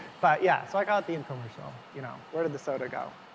but yeah. so i got the infomercial, you know where did the soda go?